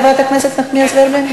חברת הכנסת נחמיאס ורבין.